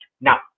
now